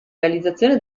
realizzazione